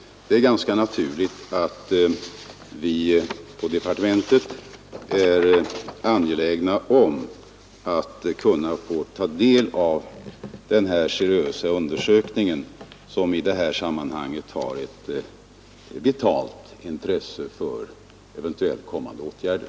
Det är naturligt att vi på departementet är angelägna om att få ta del av resultatet från denna seriösa undersökning som i detta sammanhang har ett vitalt intresse för eventuellt kommande åtgärder.